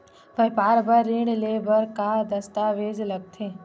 व्यापार बर ऋण ले बर का का दस्तावेज लगथे?